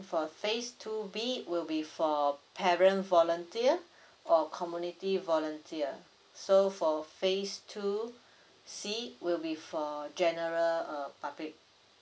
for phase two B it will be for parent volunteer or community volunteer so for phase two C will be for general uh public